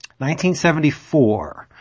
1974